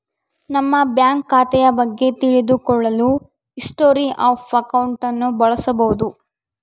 ನಮ್ಮ ಬ್ಯಾಂಕ್ ಖಾತೆಯ ಬಗ್ಗೆ ತಿಳಿದು ಕೊಳ್ಳಲು ಹಿಸ್ಟೊರಿ ಆಫ್ ಅಕೌಂಟ್ ಅನ್ನು ಬಳಸಬೋದು